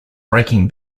breaking